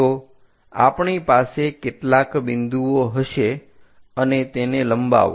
તો આપણી પાસે કેટલાક બિંદુઓ હશે અને તેને લંબાવો